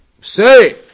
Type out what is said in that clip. Say